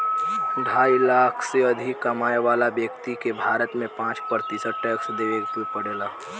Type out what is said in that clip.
ढाई लाख से अधिक कमाए वाला व्यक्ति के भारत में पाँच प्रतिशत टैक्स देवे के पड़ेला